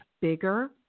bigger